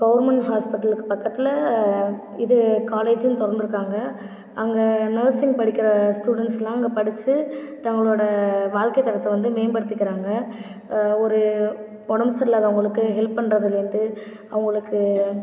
government ஹாஸ்ப்பிட்டலுக்கு பக்கத்தில் இது காலேஜும் திறந்துருக்காங்க அங்கே நர்சிங் படிக்கிற ஸ்டூடன்ட்ஸ்லாம் அங்கே படிச்சு தங்களோடய வாழ்க்கைத் தரத்தை வந்து மேம்படுத்திக்கிறாங்க ஒரு உடம்பு சரியில்லாதவங்களுக்கு ஹெல்ப் பண்றதுலேருந்து அவர்களுக்கு